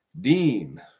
Dean